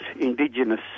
indigenous